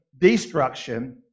destruction